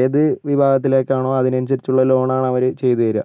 ഏത് വിഭാഗത്തിലേക്കാണോ അതിനനുസരിച്ചുള്ള ലോൺ ആണ് അവർ ചെയ്തുതരിക